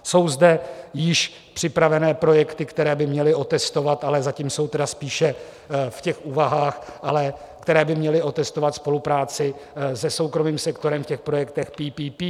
Jsou zde již připravené projekty, které by měly otestovat ale zatím jsou tedy spíše v úvahách které by měly otestovat spolupráci se soukromým sektorem v těch projektech PPP.